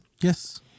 Yes